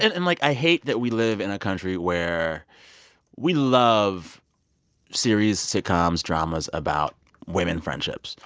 and and like i hate that we live in a country where we love series, sitcoms, dramas about women friendships,